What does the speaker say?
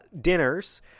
dinners